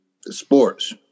sports